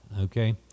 okay